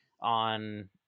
on